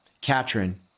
Katrin